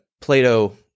Plato